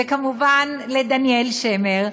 וכמובן לדניאל שמר,